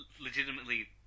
legitimately